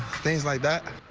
things like that.